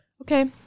Okay